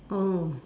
oh